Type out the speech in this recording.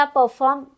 perform